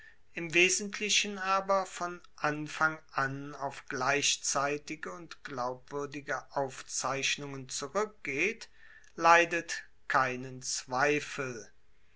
im wesentlichen aber von anfang an auf gleichzeitige und glaubwuerdige aufzeichnungen zurueckgeht leidet keinen zweifel